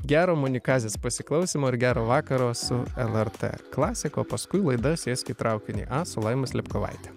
gero monikazės pasiklausymo ir gero vakaro su lrt klasika o paskui laida sėsk į traukinį a su laima spelkovaite